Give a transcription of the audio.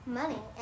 money